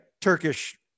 Turkish